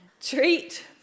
Treat